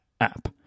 app